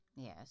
Yes